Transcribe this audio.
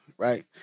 Right